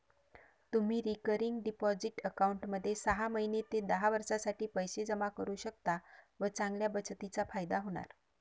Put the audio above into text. तुम्ही recurring deposit अकाउंटमध्ये सहा महिने ते दहा वर्षांसाठी पैसे जमा करू शकता व चांगल्या बचतीचा फायदा होणार